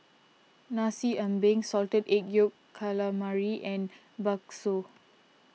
Nasi Ambeng Salted Egg Yolk Calamari and Bakso